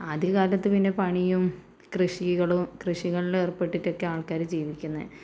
ആദ്യകാലത്ത് പിന്നെ പണിയും കൃഷികളും കൃഷികളിലേർപ്പെട്ടിട്ടൊക്കെയാണ് ആൾക്കാർ ജീവിക്കുന്നത്